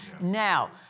Now